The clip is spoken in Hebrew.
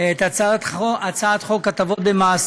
את הצעת חוק הטבות במס